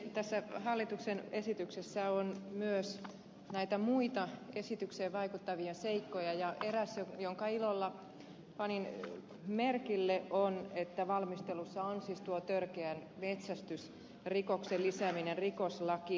tässä hallituksen esityksessä on myös näitä muita esitykseen vaikuttavia seikkoja ja eräs jonka ilolla panin merkille on että valmistelussa on siis tuo törkeän metsästysrikoksen lisääminen rikoslakiin